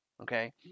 Okay